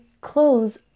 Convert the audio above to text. clothes